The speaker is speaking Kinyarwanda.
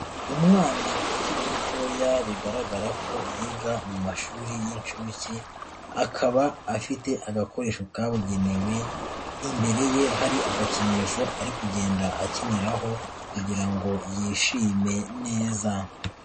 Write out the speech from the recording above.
Umwana ukiri mutoya bigaragara ko yiga mu mashuri y'inshuke, akaba afite agakoresho kabugenewe, imbere ye hari agakinisho ari kugenda akiniraho kugira ngo yishime neza.